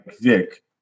Vic